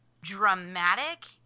dramatic